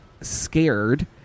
scared